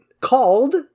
called